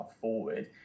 forward